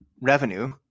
revenue